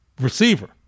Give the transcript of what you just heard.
receiver